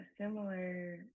similar